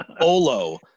Olo